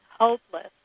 hopeless